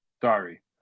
Sorry